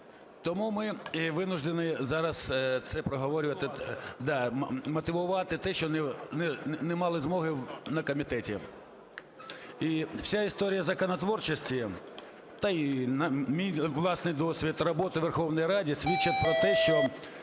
Тому ми і вынуждены зараз це проговорювати, да, мотивувати те, що не мали змоги на комітеті. І вся історія законотворчості та й мій власний досвід роботи в Верховній Раді свідчить про те, що